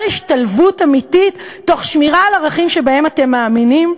השתלבות אמיתית תוך שמירה על ערכים שבהם אתם מאמינים?